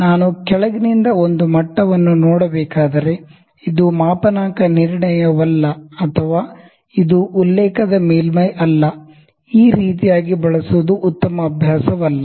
ನಾನು ಕೆಳಗಿನಿಂದ ಒಂದು ಮಟ್ಟವನ್ನು ನೋಡಬೇಕಾದರೆ ಇದು ಮಾಪನಾಂಕ ನಿರ್ಣಯವಲ್ಲ ಅಥವಾ ಇದು ರೆಫರೆನ್ಸ್ ಸರ್ಫೇಸ್ ಅಲ್ಲ ಈ ರೀತಿಯಾಗಿ ಬಳಸುವುದು ಉತ್ತಮ ಅಭ್ಯಾಸವಲ್ಲ